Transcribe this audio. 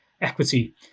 Equity